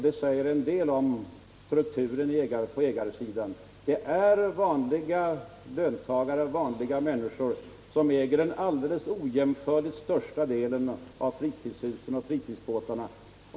Det säger en del om strukturen på iägarsidan att vanliga löntagare redan nu äger den ojämförligt största delen av fritidshusen och fritidsbåtarna.